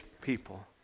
people